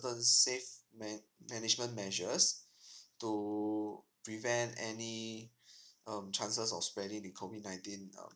tain safe ma~ management measures to prevent any um chances of spreading the COVID nineteen uh